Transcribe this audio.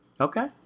okay